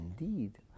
Indeed